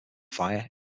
fire